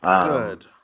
Good